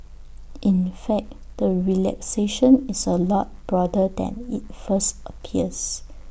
in fact the relaxation is A lot broader than IT first appears